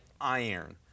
iron